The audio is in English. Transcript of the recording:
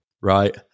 right